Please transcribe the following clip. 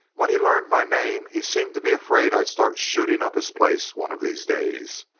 when he learned my name, he seemed to be afraid i'd start shooting up his place one of these days.